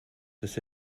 dass